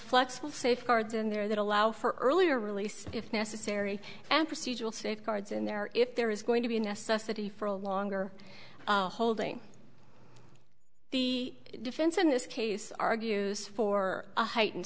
flexible safeguards in there that allow for earlier release if necessary and procedural safeguards in there if there is going to be necessary for a longer holding the defense in this case argues for a heightened